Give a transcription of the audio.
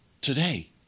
Today